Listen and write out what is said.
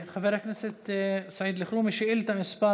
חבר הכנסת סעיד אלחרומי, שאילתה מס'